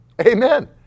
Amen